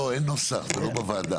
לא, אין נוסח, זה לא בוועדה.